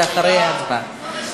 זה אחרי ההצבעה.